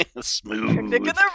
Smooth